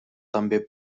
també